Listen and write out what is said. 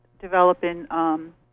developing